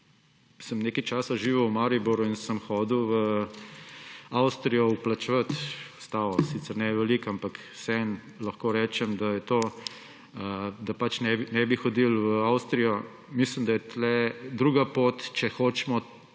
sem nekaj časa živel v Mariboru in sem hodil v Avstrijo vplačevat stave. Sicer ne veliko, ampak vseeno lahko rečem, da pač ne bi hodili v Avstrijo. Mislim, da je tukaj druga pot, če hočemo